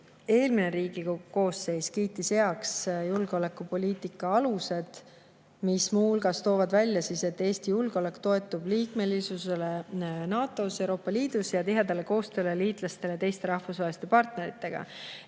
eelmine Riigikogu koosseis kiitis heaks julgeolekupoliitika alused, mis muu hulgas toob välja, et Eesti julgeolek toetub liikmelisusele NATO‑s, Euroopa Liidus ja tihedale koostööle liitlaste ja teiste rahvusvaheliste partneritega.